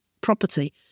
property